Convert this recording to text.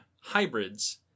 hybrids